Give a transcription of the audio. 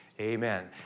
Amen